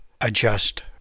adjust